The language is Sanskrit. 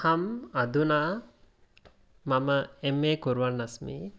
अहं अधुना मम एम् ए कुर्वन् अस्मि